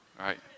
right